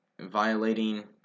violating